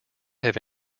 have